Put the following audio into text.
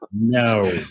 No